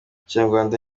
kinyarwanda